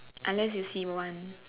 unless you seem one